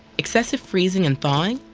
excessive freezing and thawing,